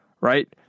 Right